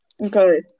Okay